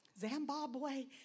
Zimbabwe